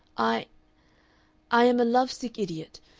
i i am a love-sick idiot,